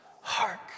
hark